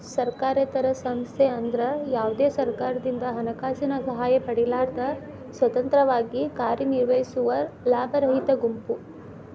ಸರ್ಕಾರೇತರ ಸಂಸ್ಥೆ ಅಂದ್ರ ಯಾವ್ದೇ ಸರ್ಕಾರದಿಂದ ಹಣಕಾಸಿನ ಸಹಾಯ ಪಡಿಲಾರ್ದ ಸ್ವತಂತ್ರವಾಗಿ ಕಾರ್ಯನಿರ್ವಹಿಸುವ ಲಾಭರಹಿತ ಗುಂಪು